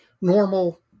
normal